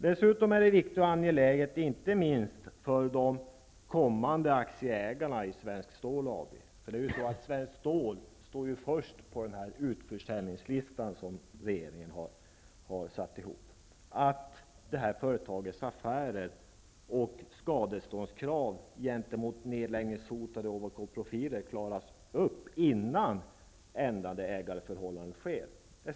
Det är dessutom angeläget inte minst för de blivande aktieägarna i Svenskt Stål AB att detta företags affärer och skadeståndskrav gentemot nedläggningshotade Ovako Profiler klaras upp innan det sker en ändring i ägarförhållandena. Svenskt Stål står ju först på den utförsäljningslista som regeringen har sammanställt.